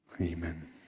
amen